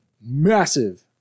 massive